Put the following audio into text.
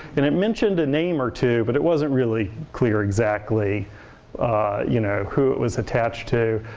and it mentioned a name or two, but it wasn't really clear exactly you know who it was attached to.